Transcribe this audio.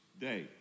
day